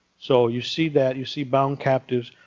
so you see that. you see bound captives.